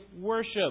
worship